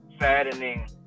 saddening